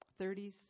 30s